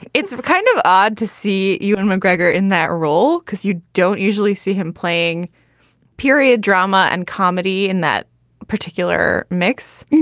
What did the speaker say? it's kind of odd to see ewan mcgregor in that role because you don't usually see him playing period drama and comedy in that particular mix.